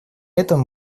этом